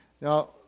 Now